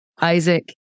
Isaac